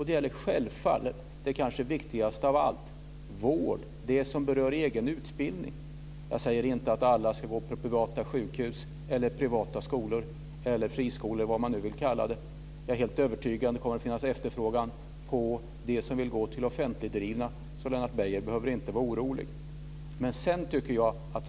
Det självfallet viktigaste av allt är vård och egen utbildning. Jag säger inte att alla ska gå till privata sjukhus eller privata skolor, dvs. friskolor. Jag är helt övertygad om att det kommer att finnas en efterfrågan på det offentligdrivna. Lennart Beijer behöver inte vara orolig.